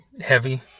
heavy